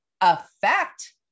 affect